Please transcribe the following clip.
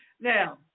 Now